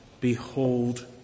behold